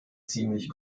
ziemlich